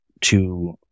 to-